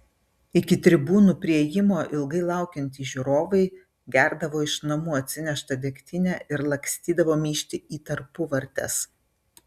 iki tribūnų priėjimo ilgai laukiantys žiūrovai gerdavo iš namų atsineštą degtinę ir lakstydavo myžti į tarpuvartes